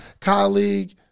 colleague